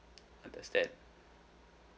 understand